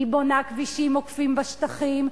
היא בונה כבישים עוקפים בשטחים,